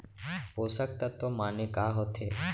पोसक तत्व माने का होथे?